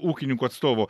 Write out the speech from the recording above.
ūkininkų atstovų